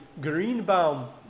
Greenbaum